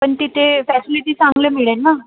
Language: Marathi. पण तिथे फॅसिलीटी चांगली मिळेल ना